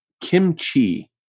Kimchi